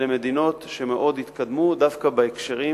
אלה מדינות שמאוד התקדמו דווקא בהקשרים